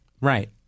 Right